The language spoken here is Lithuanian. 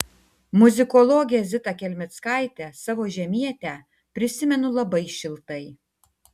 muzikologę zita kelmickaitę savo žemietę prisimenu labai šiltai